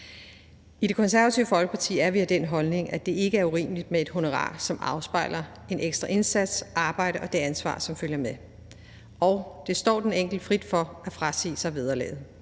I Det Konservative Folkeparti er vi af den holdning, at det ikke er urimeligt med et honorar, som afspejler den ekstra indsats, det arbejde og det ansvar, som følger med. Og det står den enkelte frit for at frasige sig vederlaget.